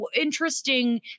interesting